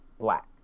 black